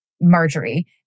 Marjorie